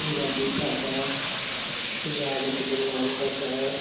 ਪੰਜਾਬੀ ਭਾਸ਼ਾ ਪੰਜਾਬ ਵਿੱਚ ਬੋਲਣ ਵਾਲੀ ਭਾਸ਼ਾ ਹੈ